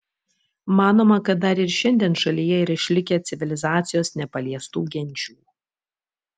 manoma kad dar ir šiandien šalyje yra išlikę civilizacijos nepaliestų genčių